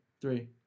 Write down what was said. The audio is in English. Three